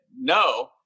no